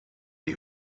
die